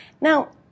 Now